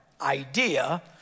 idea